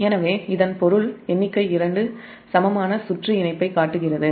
எனவே இதன் பொருள் எண்ணிக்கை 2 சமமான சுற்று இணைப்பைக் காட்டுகிறது